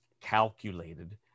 calculated